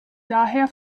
daher